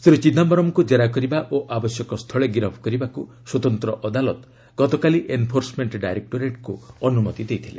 ଶ୍ରୀ ଚିଦାୟରମ୍ଙ୍କୁ ଜେରା କରିବା ଓ ଆବଶ୍ୟକ ସ୍ଥଳେ ଗିରଫ୍ କରିବାକୁ ସ୍ୱତନ୍ତ୍ର ଅଦାଲତ ଗତକାଲି ଏନ୍ଫୋର୍ସମେଣ୍ଟ ଡାଇରେକ୍ଟୋରେଟ୍କୁ ଅନୁମତି ଦେଇଥିଲେ